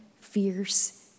fierce